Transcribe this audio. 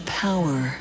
power